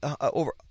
over